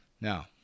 Now